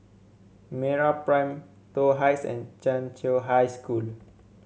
MeraPrime Toh Heights and Chiau High School